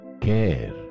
care